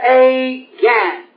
again